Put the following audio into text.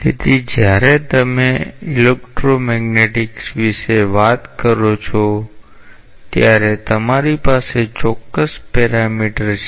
તેથી જ્યારે તમે ઈલેક્ટ્રો મેગ્નેટિક્સ વિશે વાત કરો છો ત્યારે તમારી પાસે ચોક્કસ પેરામીટર છે